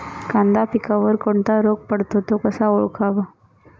कांदा पिकावर कोणता रोग पडतो? तो कसा ओळखावा?